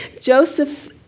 Joseph